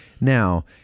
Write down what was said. Now